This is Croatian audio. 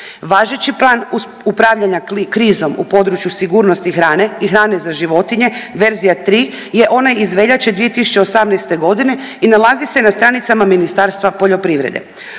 Važeći plan upravljanja krizom u području sigurnosti hrane i hrane za životinje verzija 3 je onaj iz veljače 2018.g. i nalazi se na stranicama Ministarstva poljoprivrede.